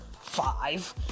five